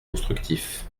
constructif